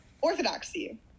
orthodoxy